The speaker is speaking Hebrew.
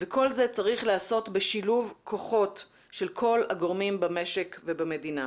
כל זה צריך להיעשות בשילוב כוחות של כל הגורמים במשק ובמדינה.